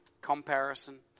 comparison